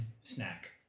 Snack